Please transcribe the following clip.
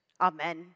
Amen